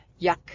yuck